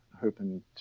hoping